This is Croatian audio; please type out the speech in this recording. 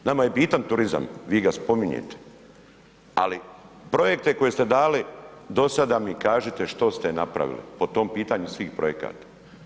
Nama je bitan turizam, vi ga spominjete, ali projekte koje ste dali do sada mi kažite što ste napravili, po tom pitanju svih projekata.